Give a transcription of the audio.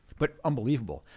but unbelievable.